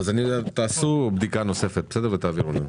אז תעשו בדיקה נוספת ותעבירו לנו אותה.